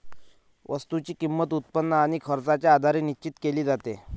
वस्तूची किंमत, उत्पन्न आणि खर्चाच्या आधारे निश्चित केली जाते